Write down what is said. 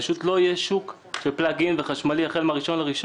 פשוט לא יהיה שוק של פלאג-אין וחשמלי החל מ-1 בינואר.